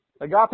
Agape